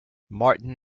martin